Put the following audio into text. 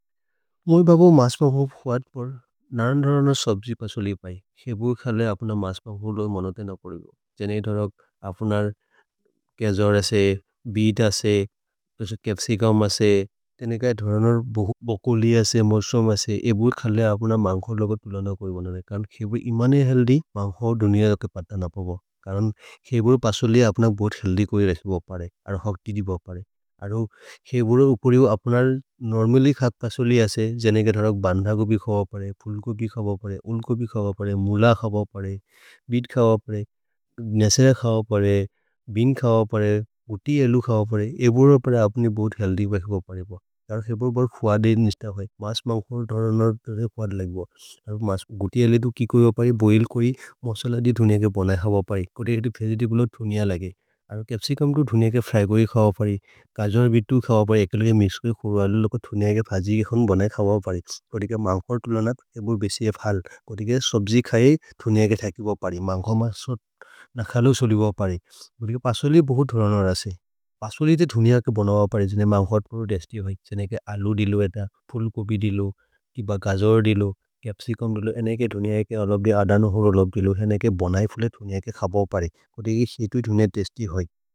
मोइ बबु मास् पम्होब् खुअद् पर्, नरन्-नरन् सब्जि पसलि पये। खेबुर् खले अप्न मास् पम्होब् और् मनते न परेग। जनेइ धरक् अप्न कजोर् असे, बीत् असे, चप्सिचुम् असे, जनेइ धरन् बोको लि असे। मुस्रम् असे, ए बुर् खले अप्न मन्घो लगर् तुलन कोइ बनने। करन् खेबुर् इमने हेअल्थ्य् मन्घो दुनिय दोके पत न पपेग। करन् खेबुर् पसलि अप्न बोद् हेअल्थ्य् कोइ रसे बो परे। अरो हक्ति दि बो परे, अरो खेबुर् और् उपरि और् अप्नर् नोर्मल्ल्य् खत् पसलि असे। जनेइ धरक् बन्ध को भि खव परे। फुल्को भि खव परे, उन्को भि खव परे, मुल खव परे, बीत् खव परे। नेसेर खव परे, बेअन् खव परे। गुत्ति एलु खव परे, ए बुर् अपरे अप्ने बोद् हेअल्थ्य् भि खव परे।